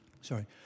Sorry